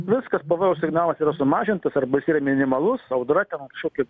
viskas pavojaus signalas yra sumažintas arba jis yra minimalus audra ten kažkokį